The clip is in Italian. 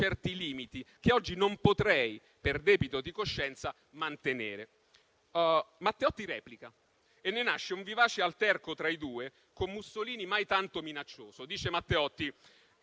certi limiti, che oggi non potrei, per debito di coscienza, mantenere». Matteotti replica e ne nasce un vivace alterco tra i due, con Mussolini mai tanto minaccioso. Dice Matteotti: